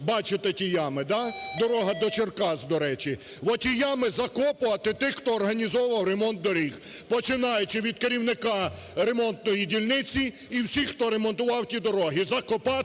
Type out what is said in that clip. Бачите ті ями, да? Дорога до Черкас, до речі. В оті ями закопувати тих, хто організовував ремонт доріг, починаючи від керівника ремонтної дільниці і всіх, хто ремонтував ті дороги.